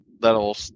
that'll